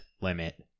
limit